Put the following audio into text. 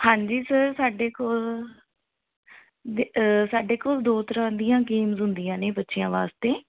ਹਾਂਜੀ ਸਰ ਸਾਡੇ ਕੋਲ ਦੇ ਸਾਡੇ ਕੋਲ ਦੋ ਤਰ੍ਹਾਂ ਦੀਆਂ ਗੇਮਜ਼ ਹੁੰਦੀਆ ਨੇ ਬੱਚਿਆਂ ਵਾਸਤੇ